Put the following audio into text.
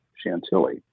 Chantilly